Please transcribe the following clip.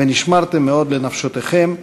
"ונשמרתם מאֹד לנפשֹתיכם".